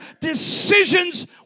decisions